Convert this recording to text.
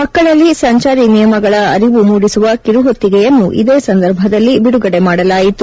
ಮಕ್ಕಳಲ್ಲಿ ಸಂಚಾರಿ ನಿಯಮಗಳ ಅರಿವು ಮೂದಿಸುವ ಕಿರುಹೊತ್ತಿಗೆಯನ್ನು ಇದೇ ಸಂದರ್ಭದಲ್ಲಿ ಬಿಡುಗಡೆ ಮಾಡಲಾಯಿತು